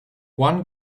one